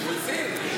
הוא הציג.